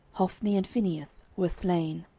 hophni and phinehas, were slain.